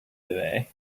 today